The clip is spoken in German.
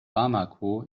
bamako